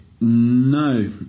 No